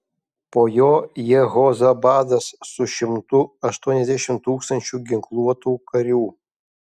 po jo jehozabadas su šimtu aštuoniasdešimt tūkstančių ginkluotų karių